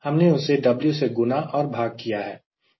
हमने उसे W से गुणा और भाग किया है